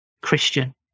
Christian